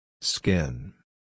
Skin